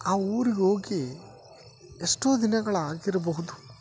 ಆ ಊರಿಗೆ ಹೋಗಿ ಎಷ್ಟೊ ದಿನಗಳಾಗಿರಬಹುದು